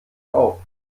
auf